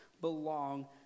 belong